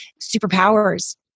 superpowers